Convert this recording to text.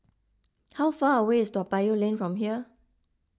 how far away is Toa Payoh Lane from here